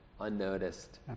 unnoticed